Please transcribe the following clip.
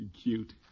Cute